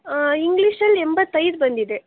ಇಂಗ್ಲೀಷಲ್ಲಿ ಎಂಬತ್ತೈದು ಬಂದಿದೆ